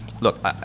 Look